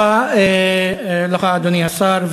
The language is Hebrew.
תודה רבה לך, אדוני השר.